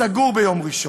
סגור ביום ראשון,